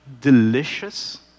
delicious